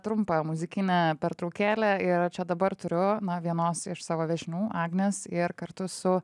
trumpą muzikinę pertraukėlę ir čia dabar turiu na vienos iš savo viešnių agnės ir kartu su